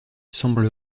semble